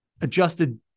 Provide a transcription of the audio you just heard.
adjusted